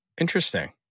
interesting